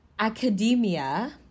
academia